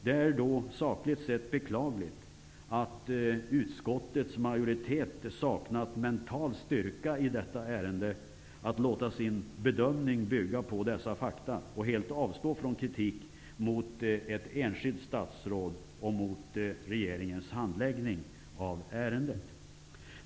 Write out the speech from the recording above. Det är då sakligt sett beklagligt att utskottets majoritet saknat mental styrka att i detta ärende låta sin bedömning bygga på dessa fakta och helt avstå från kritik mot ett enskilt statsråd och mot regeringens handläggning av ärendet.